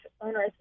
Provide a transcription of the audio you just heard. owners